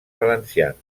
valencians